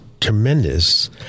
tremendous